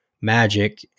magic